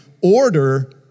order